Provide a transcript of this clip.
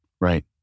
right